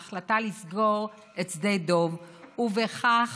ההחלטה לסגור את שדה דב ובכך